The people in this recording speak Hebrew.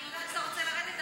אני יודעת שאתה רוצה לרדת,